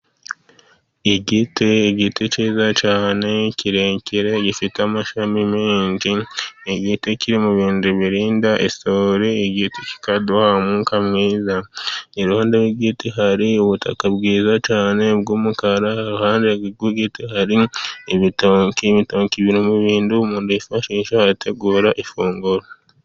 Igiti, igiti cyiza cyane ,kirekire gifite amashami menshi. Igiti kiri mu bintu birinda isuri ,igiti kikaduha umwuka mwiza, iruhande rw'igiti hari ubutaka bwiza cyane bw'umukara, iruhande rw'igiti hari ibitoki, ibitoki biri mu bintu umuntu yifashisha ategura ifunguro.